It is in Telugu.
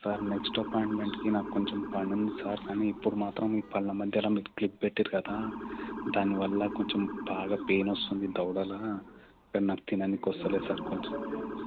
సార్ నెక్స్ట్ అపాయింట్మెంట్కి నాకు కొంచెం పని ఉంది సార్ కానీ ఇప్పుడు మాత్రం ఈ పళ్ళ మధ్యలో మీరు క్లిప్ పెట్టినారు కదా దాని వల్ల కొంచెం బాగా పెయిన్ వస్తుంది దవడల నాకు తిననీకి వస్తలేదు సార్ కొంచెం